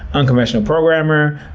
unconventional programmer.